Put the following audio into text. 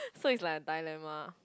so it's like a dilemma